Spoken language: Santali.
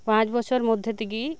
ᱯᱟᱸᱪ ᱵᱚᱪᱷᱚᱨ ᱢᱚᱫᱽᱫᱷᱮ ᱛᱮᱜᱮ